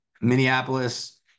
Minneapolis